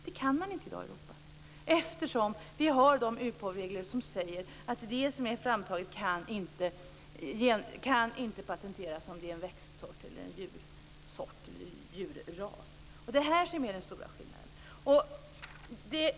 Det kan man inte göra i dag i Europa eftersom vi har UPOV-regler som säger att det som är framtaget inte kan patenteras om det är en växtsort eller djurras. Detta är alltså den stora skillnaden.